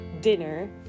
dinner